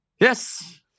Yes